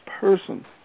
person